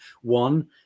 One